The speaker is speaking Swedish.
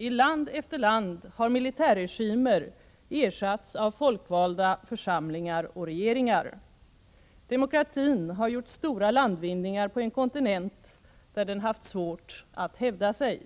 I land efter land har militärregimer ersatts av folkvalda församlingar och regeringar. Demokratin har gjort stora landvinningar på en kontinent där den haft svårt att hävda sig.